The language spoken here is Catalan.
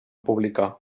publicar